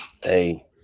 Hey